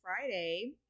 Friday